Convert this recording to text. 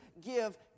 give